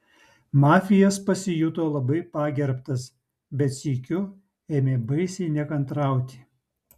mafijas pasijuto labai pagerbtas bet sykiu ėmė baisiai nekantrauti